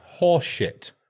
horseshit